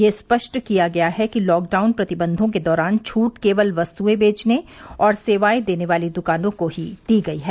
यह स्पष्ट किया गया है कि लॉकडाउन प्रतिबंधों के दौरान छूट केवल वस्तुएं बेचने और सेवाएं देने वाली दुकानों को ही दी गई है